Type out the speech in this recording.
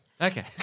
Okay